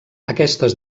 aquestes